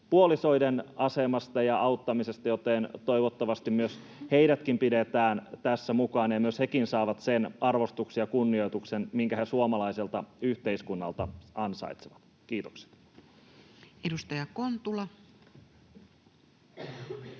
puolisoiden asemasta ja auttamisesta, joten toivottavasti heidätkin pidetään tässä mukana ja hekin saavat sen arvostuksen ja kunnioituksen, minkä he suomalaiselta yhteiskunnalta ansaitsevat. — Kiitokset. Edustaja Kontula.